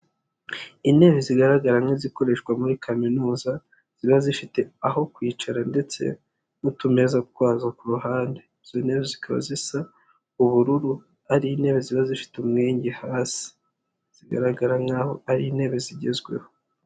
Intebe zigaragara nk'izikoreshwa muri kaminuza, zigiye ziba zifite aho kwicara ndetse n'utumeza twazo ku ruhande, izo ntebe zikaba zisa ubururu, ari intebe ziba zifite umwenge hasi, zigaragara nk'aho ari intebe zigezweho.